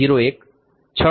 01 6